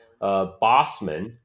bossman